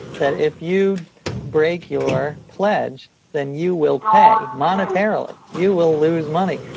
that if you break your pledge, then you will pay monetarily. you will lose money.